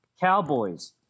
Cowboys